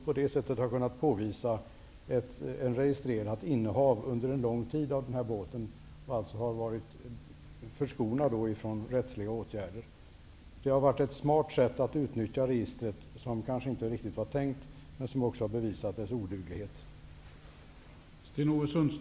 På det sättet har ett registrerat innehav av båten under en lång tid kunnat påvisas. Vederbörande har därmed varit förskonad från rättsliga åtgärder. Det har varit ett smart sätt att utnyttja registret. Men så var det kanske inte riktigt tänkt. Det här har därmed också bevisat registrets oduglighet.